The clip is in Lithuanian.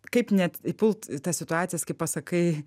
kaip net įpult į tas situacijas kai pasakai